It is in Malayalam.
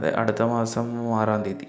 അതെ അടുത്ത മാസം മൂ ആറാം തീയതി